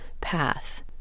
path